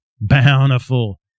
Bountiful